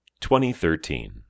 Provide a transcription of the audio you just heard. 2013